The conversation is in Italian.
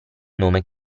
nome